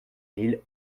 mille